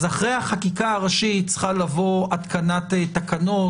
אחרי החקיקה הראשית צריכה לבוא התקנת תקנות.